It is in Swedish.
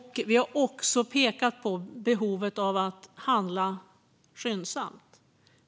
Vi har också pekat på behovet av att handla skyndsamt.